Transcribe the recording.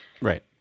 Right